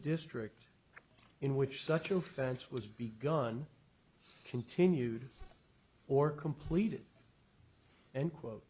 district in which such offense was begun continued or completed and quote